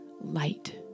light